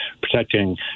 protecting